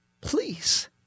Please